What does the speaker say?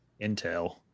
Intel